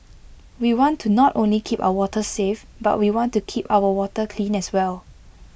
we want to not only keep our waters safe but we want to keep our water clean as well